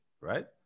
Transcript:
right